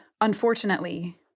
unfortunately